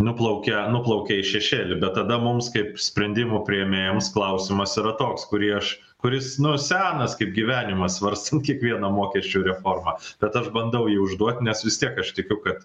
nuplaukia nuplaukia į šešėlį bet tada mums kaip sprendimų priėmėjams klausimas yra toks kurį aš kuris nu senas kaip gyvenimas svarstom kiekvieną mokesčių reformą bet aš bandau jį užduot nes vis tiek aš tikiu kad